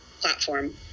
platform